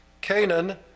Canaan